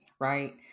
right